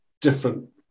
different